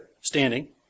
standing